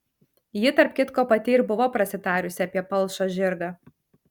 ji tarp kitko pati ir buvo prasitarusi apie palšą žirgą